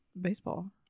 baseball